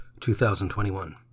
2021